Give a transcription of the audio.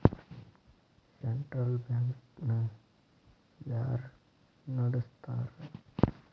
Central bank ನ ಯಾರ್ ನಡಸ್ತಾರ?